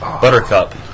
Buttercup